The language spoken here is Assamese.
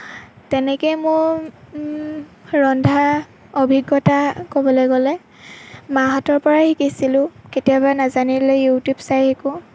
তেনেকৈ মোৰ ৰন্ধা অভিজ্ঞতা ক'বলৈ গ'লে মাহঁতৰ পৰাই শিকিছিলোঁ কেতিয়াবা নাজানিলে ইউটিউব চাই শিকোঁ